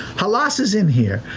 halas is in here,